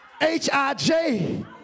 H-I-J